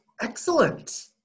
Excellent